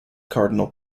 cardinal